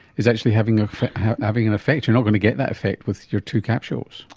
is actually having ah having an effect. you're not going to get that effect with your two capsules.